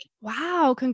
Wow